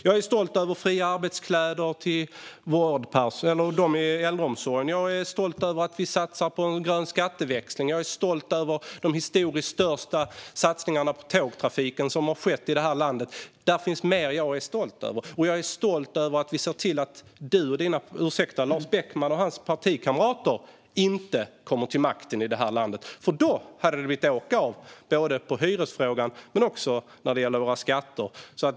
Jag är stolt över fria arbetskläder till dem som arbetar i äldreomsorgen. Jag är stolt över att vi satsar på en grön skatteväxling. Jag är stolt över de historiskt stora satsningar på tågtrafiken som har skett här i landet. Det finns mer som jag är stolt över. Jag är stolt över att vi sett till att Lars Beckman och hans partikamrater inte kom till makten här i landet. Då hade det blivit åka av både i hyresfrågan och när det gäller våra skatter.